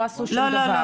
לא עשו שום דבר.